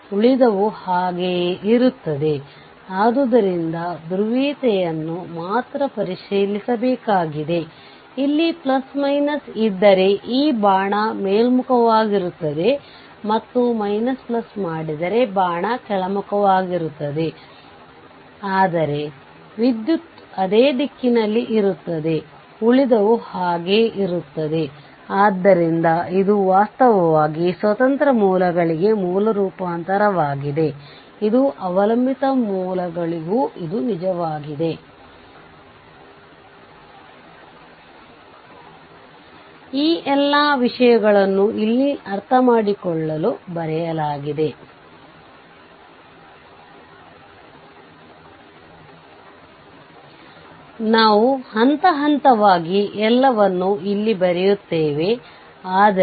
2 ಸರ್ಕ್ಯೂಟ್ಗಳು ಸಮಾನವಾಗಿರುವುದರಿಂದ ಟರ್ಮಿನಲ್ 1 ಮತ್ತು 2 ನಲ್ಲಿನ RThevenin ಇನ್ಪುಟ್ ಪ್ರತಿರೋಧವಾಗಿದೆ ಇದರರ್ಥ ಚಿತ್ರದಲ್ಲಿ ತೋರಿಸಿರುವಂತೆ ಸ್ವತಂತ್ರ ಮೂಲಗಳನ್ನು ಆಫ್ ಮಾಡಿದಾಗ ಈ RThevenin R ಆಗಿರುತ್ತದೆ ಅಂದರೆ ಈ ಉದಾಹರಣೆಯಲ್ಲಿ ಎಲ್ಲವನ್ನೂ ತಿಳಿದುಕೊಳ್ಳುವಿರಿ